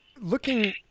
Looking